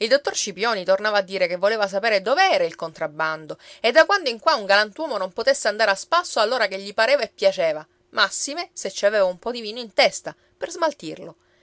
il dottor scipioni tornava a dire che voleva sapere dov'era il contrabbando e da quando in qua un galantuomo non potesse andare a spasso all'ora che gli pareva e piaceva massime se ci aveva un po di vino in testa per smaltirlo